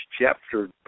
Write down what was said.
Chapter